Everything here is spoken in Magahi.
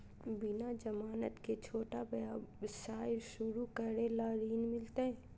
बिना जमानत के, छोटा व्यवसाय शुरू करे ला ऋण मिलतई?